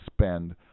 spend